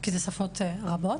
כי זה שפות רבות,